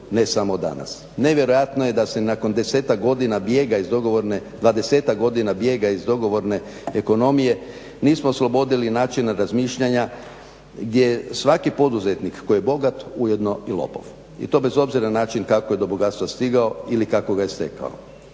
godina bijega iz dogovorne, dvadesetak godina bijega iz dogovorne ekonomije nismo oslobodili načina razmišljanja gdje svaki poduzetnik koji je bogat je ujedno i lopov i to bez obzira na način kako je do bogatstva stigao ili kako ga je stekao